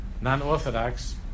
non-orthodox